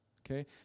Okay